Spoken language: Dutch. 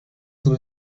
tot